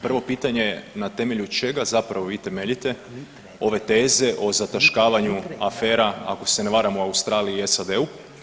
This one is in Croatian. Prvo pitanje je na temelju čega zapravo vi temeljite ove teze o zataškavanju afera ako se ne varam u Australiji i SAD-u?